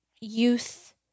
youth